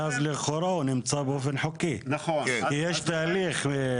ואז לכאורה הוא נמצא באופן חוקי, כי יש תהליך.